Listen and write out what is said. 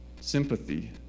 sympathy